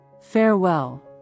Farewell